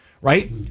right